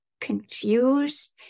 confused